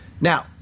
Now